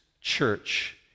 church